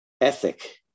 ethic